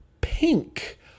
Pink